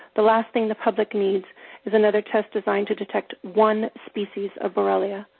the last thing the public needs is another test designed to detect one species of borrelia.